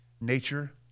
nature